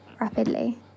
Rapidly